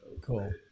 Cool